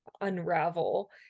unravel